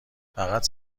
فقط